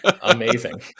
amazing